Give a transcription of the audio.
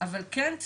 אבל כן,